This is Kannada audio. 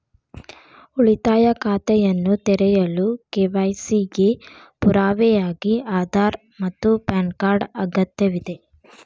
ಉಳಿತಾಯ ಖಾತೆಯನ್ನು ತೆರೆಯಲು ಕೆ.ವೈ.ಸಿ ಗೆ ಪುರಾವೆಯಾಗಿ ಆಧಾರ್ ಮತ್ತು ಪ್ಯಾನ್ ಕಾರ್ಡ್ ಅಗತ್ಯವಿದೆ